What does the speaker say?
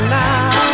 now